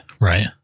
right